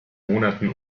monaten